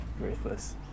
Ruthless